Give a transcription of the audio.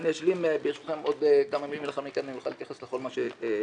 אני אשלים עוד כמה מילים ולאחר מכן אני אוכל להתייחס לכל מה שתבקשו.